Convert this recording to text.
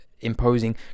imposing